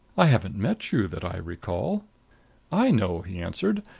i haven't met you, that i recall i know, he answered.